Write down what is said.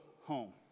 home